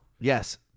Yes